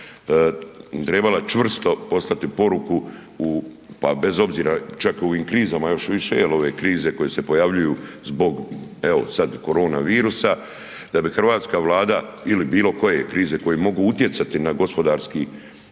trebala čvrsto poslati poruku u, pa bez obzira čak i u ovim krizama još više jer ove krize koje se pojavljuju zbog evo sad korona virusa, da bi Hrvatska vlada ili bilo koje krize koje mogu utjecati na gospodarski